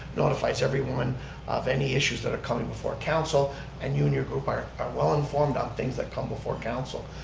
notifies everyone of any issues that are coming before council and you and your group are are well-informed on things that come before council.